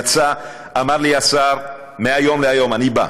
ואמר לי השר מהיום להיום: אני בא.